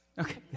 Okay